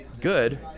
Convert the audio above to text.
good